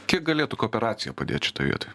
kiek galėtų kooperacija padėti šitoj vietoj